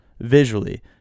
Visually